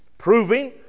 proving